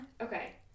Okay